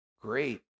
Great